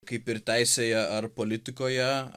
kaip ir teisėje ar politikoje